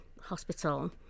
hospital